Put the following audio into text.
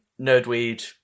Nerdweed